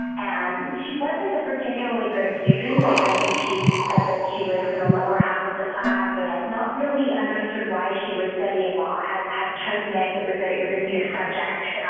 and she wasn't a particularly good student, i think she said that she was in the lower half of the class and has not really understood why she was studying law, had had chosen and it, but it was a new subject,